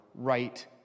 right